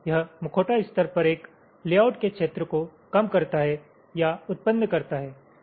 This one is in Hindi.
यह मुखौटा स्तर पर एक लेआउट के क्षेत्र को कम करता है या उत्पन्न करता है